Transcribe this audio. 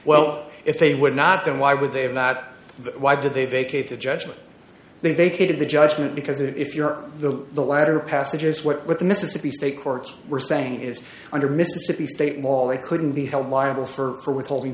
well if they would not then why would they have not why did they vacated judgment they vacated the judgment because if you are the latter passages what with the mississippi state courts were saying is under mississippi state law they couldn't be held liable for withholding